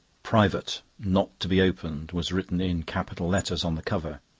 private. not to be opened, was written in capital letters on the cover.